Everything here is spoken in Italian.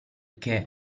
che